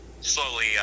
slowly